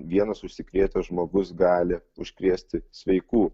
vienas užsikrėtęs žmogus gali užkrėsti sveikų